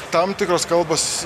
tam tikros kalbos